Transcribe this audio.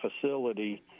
facility